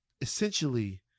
Essentially